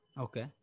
Okay